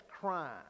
crime